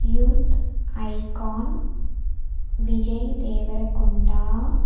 youth icon Vijay Devarakonda